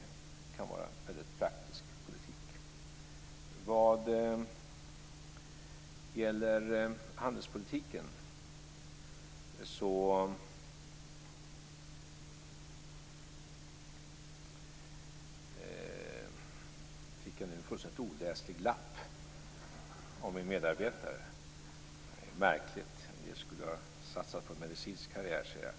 Det kan vara väldigt praktisk politik. Vad gäller handelspolitiken fick jag nu en fullständigt oläslig lapp av min medarbetare. Det är märkligt. En del skulle ju ha satsat på en medicinsk karriär, ser jag.